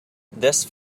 this